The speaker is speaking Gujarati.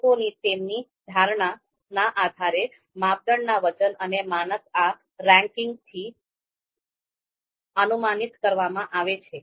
વિકલ્પોની તેમની ધારણાના આધારે માપદંડના વજન અને માનક આ રેન્કિંગથી અનુમાનિત કરવામાં આવે છે